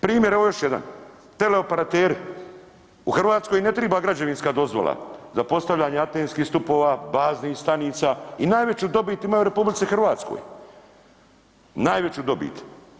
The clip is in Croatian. Primjer evo još jedan, teleoperateri u Hrvatskoj im ne triba građevinska dozvola za postavljanje antenskih stupova, baznih stanica i najveću dobit imaju u RH, najveću dobit.